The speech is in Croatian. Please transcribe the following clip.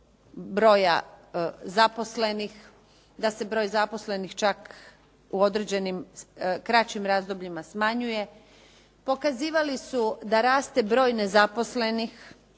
broja zaposlenih, da se broj zaposlenih čak u određenim kraćim razdobljima smanjuje, pokazivali su da raste broj nezaposlenih,